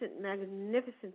magnificent